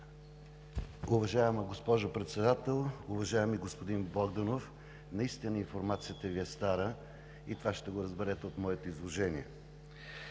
Уважаема госпожо Председател! Уважаеми господин Богданов, наистина информацията Ви е стара и това ще го разберете от моето изложение.